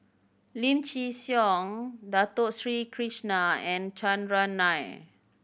Lim Chin Siong Dato Sri Krishna and Chandran Nair